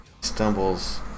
stumbles